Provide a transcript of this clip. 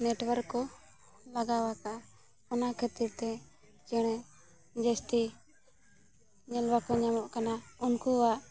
network ᱠᱚ ᱞᱟᱜᱟᱣ ᱟᱠᱟᱫᱟ ᱚᱱᱟ ᱠᱷᱟᱹᱛᱤᱨᱼᱛᱮ ᱪᱮᱬᱮ ᱡᱟᱹᱥᱛᱤ ᱧᱮᱞ ᱵᱟᱠᱚ ᱧᱟᱢᱚᱜ ᱠᱟᱱᱟ ᱩᱱᱠᱩᱣᱟᱜ